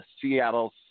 Seattle